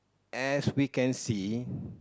as we can see